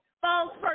False